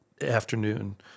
afternoon